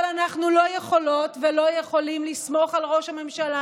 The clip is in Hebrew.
אבל אנחנו לא יכולות ולא יכולים לסמוך על ראש הממשלה